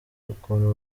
ukuntu